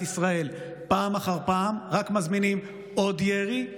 ישראל פעם אחר פעם רק מזמינים עוד ירי,